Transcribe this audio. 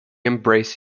embrace